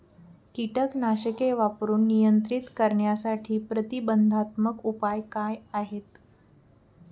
कीटकनाशके वापरून नियंत्रित करण्यासाठी प्रतिबंधात्मक उपाय काय आहेत?